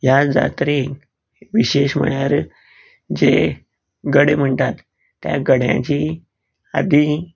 ह्या जात्रेक विशेश म्हळ्यार जे गडे म्हणटात त्या गड्यांची फाटीं